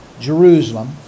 Jerusalem